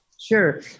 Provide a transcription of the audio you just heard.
Sure